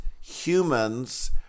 humans